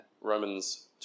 Romans